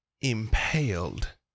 impaled